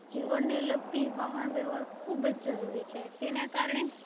જીવનને લગતી વાહન વ્યવહાર ખુબ જ જરૂરી છે તેના કારણે